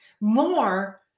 more